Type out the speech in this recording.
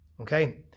Okay